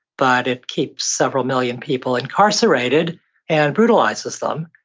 but it keeps several million people incarcerated and brutalizes them,